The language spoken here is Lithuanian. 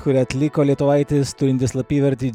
kurią atliko lietuvaitis turintis slapyvardį